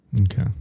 okay